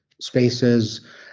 spaces